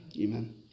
Amen